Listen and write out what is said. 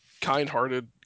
kind-hearted